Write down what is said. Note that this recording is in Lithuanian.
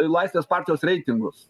į laisvės partijos reitingus